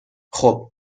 خوب